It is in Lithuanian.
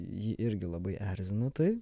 jį irgi labai erzina tai